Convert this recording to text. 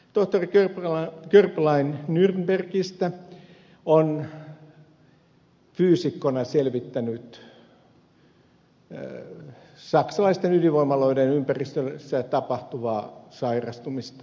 tohtori körblein nurnbergistä on fyysikkona selvittänyt saksalaisten ydinvoimaloiden ympäristössä tapahtuvaa sairastumista